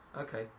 Okay